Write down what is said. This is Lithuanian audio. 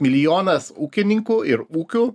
milijonas ūkininkų ir ūkių